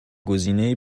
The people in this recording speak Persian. گزینه